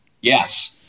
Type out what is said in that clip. Yes